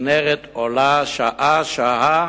והכינרת עולה שעה-שעה,